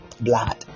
blood